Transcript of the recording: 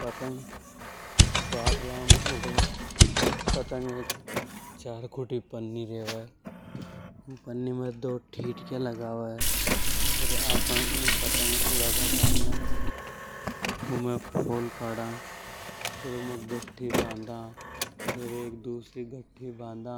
पतंग बदला में उड़े पतंग एक चार खूंटी पन्नी रेवे । फेर आपन उनिये पतंग ये उड़ा बा करने उमे पोल पाडा। फेर उमें गट्टी बांधा और एक दूसरी गट्टी बांधा